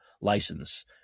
license